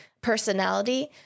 personality